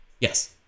Yes